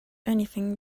anything